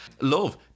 Love